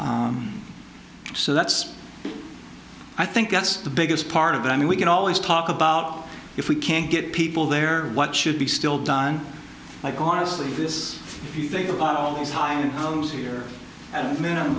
home so that's i think that's the biggest part of it i mean we can always talk about if we can't get people there what should be still done like honestly this you think about all these high homes here at minimum